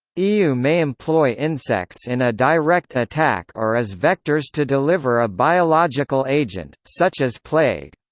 ew may employ insects in a direct attack or as vectors to deliver a biological agent, such as plague.